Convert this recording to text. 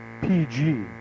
PG